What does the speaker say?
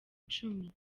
icumi